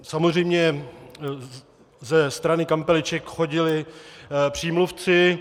Samozřejmě ze strany kampeliček chodili přímluvci.